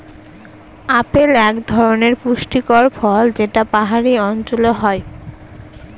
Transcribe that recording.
apple এক ধরনের পুষ্টিকর ফল যেটা পাহাড়ি অঞ্চলে হয়